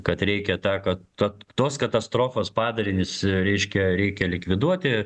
kad reikia tą kad tos katastrofos padarinius reiškia reikia likviduoti